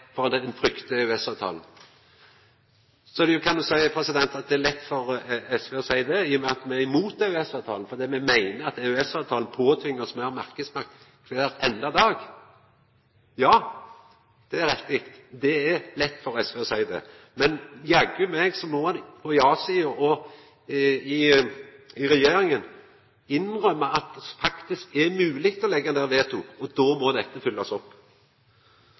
frykter EØS-avtalen. Så kan ein seia at det er lett for SV å seia det, i og med at me er imot EØS-avtalen fordi me meiner at EØS-avtalen påtvingar oss meir marknadsmakt kvar einaste dag. Ja, det er riktig. Det er lett for SV å seia det. Men jammen må ein på ja-sida og i regjeringa innrømma at det faktisk er mogleg å leggja ned veto, og da må dette følgjast opp.